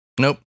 Nope